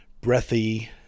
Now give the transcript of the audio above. breathy